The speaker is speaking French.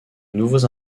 nouveaux